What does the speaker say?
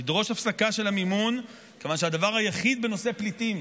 לדרוש הפסקה של המימון שהדבר היחיד בנושא פליטים